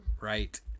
Right